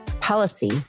policy